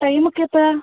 ടൈമൊക്കെ എപ്പോഴാണ്